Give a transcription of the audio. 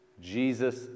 Jesus